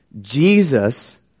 Jesus